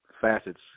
facets